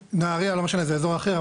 בנהריה ולא משנה שזה אזור אחר,